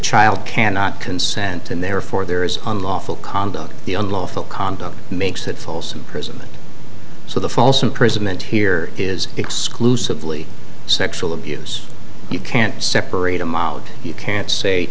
child cannot consent and therefore there is unlawful conduct the unlawful conduct makes that false imprisonment so the false imprisonment here is exclusively sexual abuse you can't separate them out you can't say